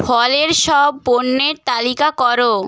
ফলের সব পণ্যের তালিকা করো